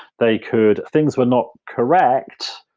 they could things were not correct.